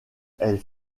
elle